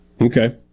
Okay